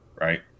right